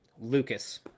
Lucas